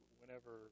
whenever